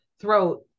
throat